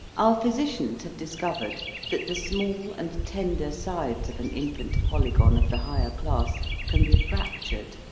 our physicians have discovered that the small and tender sides of an infant polygon of the higher class can be fractured,